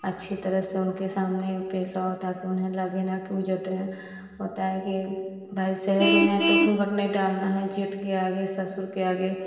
अच्छी तरह से उनके सामने पेश आओ ताकि उन्हें लगे ना कि उ जट हैं बताएंगे भाई शहर में हैं तो घूंघट नहीं डालना है जेठ के आगे ससुर के आगे